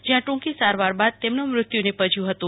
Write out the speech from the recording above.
જ્યાં ટૂંકી સારવાર બાદ તેમનું મૃત્યુ નિપજ્યું હતું